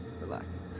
Relax